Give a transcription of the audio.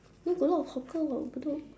no got a lot of hawker [what] bedok